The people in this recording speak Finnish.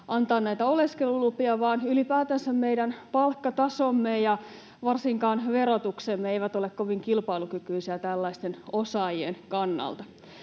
antaa näitä oleskelulupia, vaan ylipäätänsä meidän palkkatasomme ja varsinkaan verotuksemme eivät ole kovin kilpailukykyisiä tällaisten osaajien kannalta.